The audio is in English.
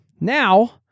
Now